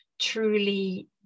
truly